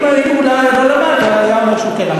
אם הוא לא למד, היה אומר שהוא כן למד.